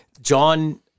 John